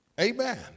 Amen